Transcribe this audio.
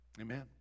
Amen